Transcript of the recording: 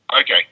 Okay